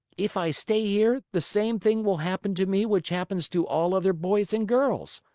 if i stay here the same thing will happen to me which happens to all other boys and girls.